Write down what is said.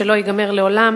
שלא ייגמר לעולם",